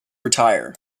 retire